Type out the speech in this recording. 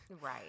right